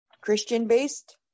Christian-based